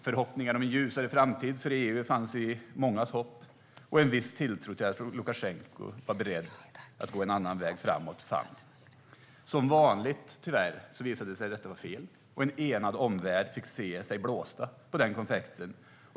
Förhoppningar om en ljusare framtid för EU fanns i mångas hopp, liksom en viss tilltro till att Lukasjenko var beredd att ta en annan väg framåt. Som vanligt, tyvärr, visade sig detta vara fel, och en enad omvärld fick se sig blåst på konfekten.